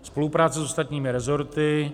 Spolupráce s ostatními rezorty.